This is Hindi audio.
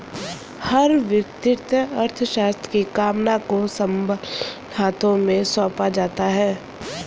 हर वित्तीय अर्थशास्त्र की कमान को सबल हाथों में सौंपा जाता है